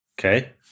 okay